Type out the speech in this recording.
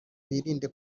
birinde